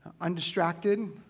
undistracted